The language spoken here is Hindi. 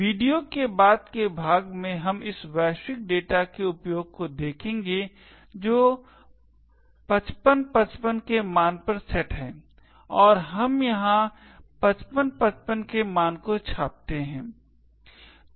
वीडियो के बाद के भाग में हम इस वैश्विक डेटा के उपयोग को देखेंगे जो 5555 के मान पर सेट है और हम यहाँ 5555 के मान को छापते हैं